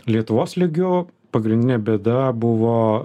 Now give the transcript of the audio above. lietuvos lygiu pagrindinė bėda buvo